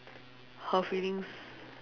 her feelings